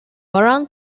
baran